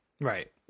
Right